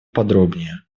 подробнее